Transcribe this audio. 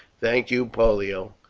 thank you, pollio,